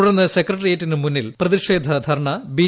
തുടർന്ന് സെക്രട്ടറിയേറ്റിന് മുന്നിൽ പ്രതിക്ഷേധ ധർണ്ണ ബി